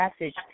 message